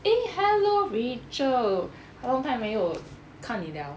eh hello rachel how long 太没有看你 liao